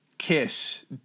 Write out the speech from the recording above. kiss